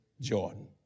Jordan